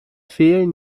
fehlen